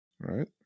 right